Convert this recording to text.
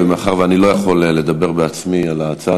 מאחר שאני לא יכול לדבר בעצמי על ההצעה,